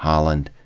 holland,